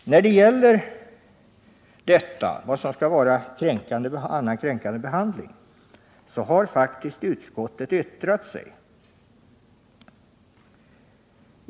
När det gäller ”kränkande behandling” har faktiskt utskottet yttrat sig.